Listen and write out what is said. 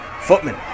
Footman